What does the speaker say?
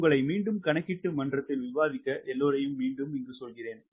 உங்களை மீண்டும் கணக்கிட்டு மன்றத்தில் விவாதிக்க எல்லோரையும் மீண்டும் சொல்கிறேன்